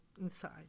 inside